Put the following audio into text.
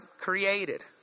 created